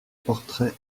portraits